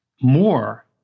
more